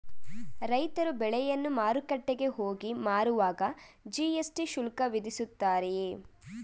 ರೈತರು ಬೆಳೆಯನ್ನು ಮಾರುಕಟ್ಟೆಗೆ ಹೋಗಿ ಮಾರುವಾಗ ಜಿ.ಎಸ್.ಟಿ ಶುಲ್ಕ ವಿಧಿಸುತ್ತಾರೆಯೇ?